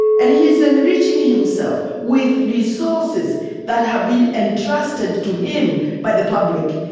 and he is enriching himself with resources that have been entrusted to him by the public,